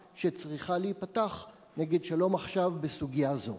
שצריכה להיפתח נגד "שלום עכשיו" בסוגיה זו?